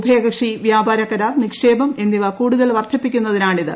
ഉഭയുക്കുഷി വ്യാപാര കരാർ നിക്ഷേപം എന്നിവ കൂടുതൽ വർദ്ധിപ്പിക്കുന്നതിനാണിത്